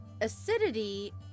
acidity